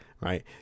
right